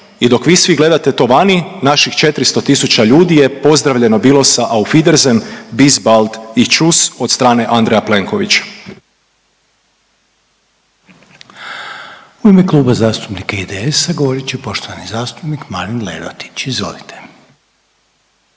i dok vi svi gledate to vani, naših 400 tisuća ljudi je pozdravljeno bilo sa auf Wiedersehen, bis bald i tschuss od strane Andreja Plenkovića. **Reiner, Željko (HDZ)** U ime Kluba zastupnika IDS-a govorit će poštovani zastupnik Marin Lerotić, izvolite.